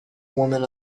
woman